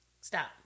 Stop